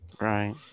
Right